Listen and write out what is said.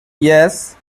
yes